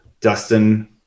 Dustin